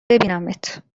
ببینمت